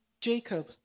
Jacob